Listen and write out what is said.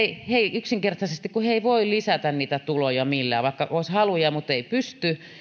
yksinkertaisesti eivät voi lisätä niitä tuloja millään vaikka olisi haluja niin ei pysty